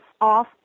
off